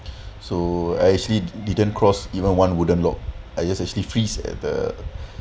so I actually didn't cross even one wooden lock I just actually freeze at the